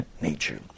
nature